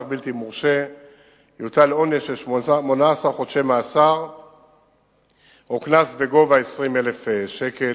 בלתי מורשה יוטל עונש של 18 חודשי מאסר או קנס בגובה 20,000 שקל.